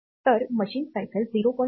तर machine cycle 0